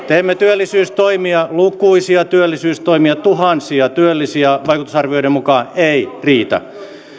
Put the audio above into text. teemme työllisyystoimia lukuisia työllisyystoimia tulee tuhansia työllisiä vaikutusarvioiden mukaan ei riitä